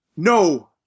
No